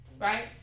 right